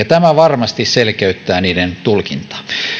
tämä varmasti selkeyttää niiden tulkintaa